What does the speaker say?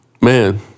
man